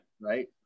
right